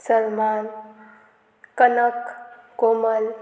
Salman Kanak Komal